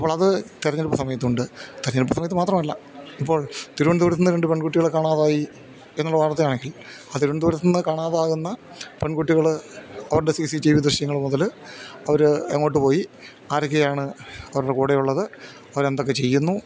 അപ്പോളത് തെരഞ്ഞെടുപ്പ് സമയത്തുണ്ട് തെരഞ്ഞെടുപ്പ് സമയത്ത് മാത്രമല്ല ഇപ്പോൾ തിരുവനന്തപുരത്തുനിന്ന് രണ്ട് പെൺകുട്ടികളെ കാണാതായിയെന്നുള്ള വാർത്തയാണെങ്കിൽ ആ തിരുവനന്തപുരത്ത് നിന്ന് കാണാതാകുന്ന പെൺകുട്ടികള് അവരുടെ സി സി ടി വി ദൃശ്യങ്ങൾ മുതല് അവരെങ്ങോട്ടു പോയി ആരൊക്കെയാണ് അവരുടെ കൂടെയുള്ളത് അവരെന്തൊക്കെ ചെയ്യുന്നു